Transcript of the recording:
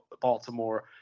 baltimore